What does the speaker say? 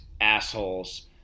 assholes